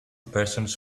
persons